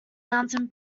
mountain